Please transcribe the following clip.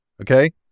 Okay